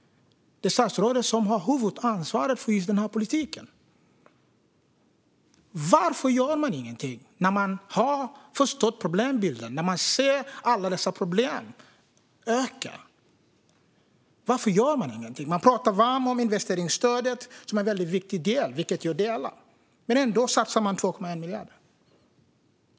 Statsrådet har huvudansvaret för just denna politik. Varför gör han ingenting när han har förstått problembilden och ser att alla dessa problem ökar? Varför gör han ingenting? Statsrådet talar varmt om investeringsstödet, som är en väldigt viktig del. Det håller jag med om. Ändå satsar man bara 2,1 miljarder.